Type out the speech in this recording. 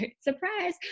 surprise